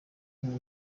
kumwe